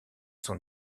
son